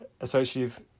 associative